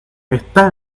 está